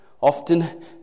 Often